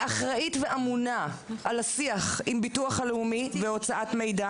שאחראית ואמונה על השיח עם הביטוח הלאומי בהוצאת מידע,